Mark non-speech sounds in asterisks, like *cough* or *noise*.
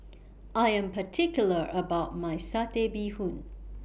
*noise* I Am particular about My Satay Bee Hoon